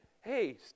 Hey